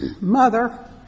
mother